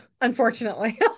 Unfortunately